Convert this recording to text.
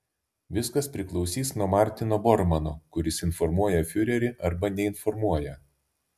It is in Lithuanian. viskas priklausys nuo martyno bormano kuris informuoja fiurerį arba neinformuoja